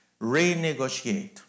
Renegotiate